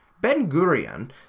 Ben-Gurion